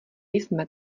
jsme